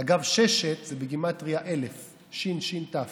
אגב, "ששת" זה בגימטרייה 1,000: שי"ן, שי"ן, תי"ו,